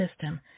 system